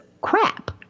crap